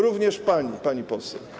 Również pani, pani poseł.